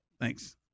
Thanks